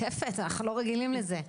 וואי רקפת אנחנו לא רגילים לזה.